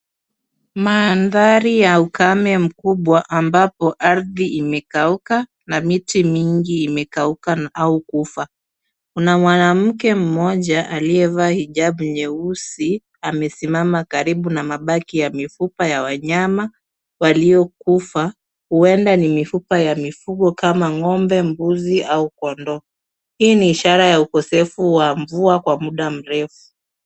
Maandhari ya ukame mkubwa ambapo ardhi imekauka na miti mingi imekauka au kufa. Kuna mwanamke mmoja aliyevaa hijabu nyeusi amesimama karibu na mabaki ya mifupa ya wanyama waliokufa kuenda ni mifupa ya mifugo kama ng'ombe mbuzi au kondoo. Hii ni ishara ya ukosefu wa mvua kwa muda mrefu.